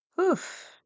Oof